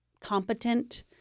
competent